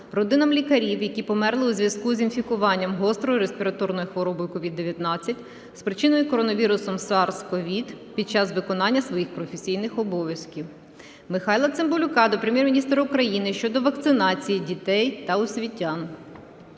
родинам лікарів, які померли у зв'язку з інфікуванням гострою респіраторною хворобою COVID-19, спричиненою коронавірусом SARS-CoV-2 під час виконання своїх професійних обов'язків. Михайла Цимбалюка до Прем'єр-міністра України щодо вакцинації дітей та освітян.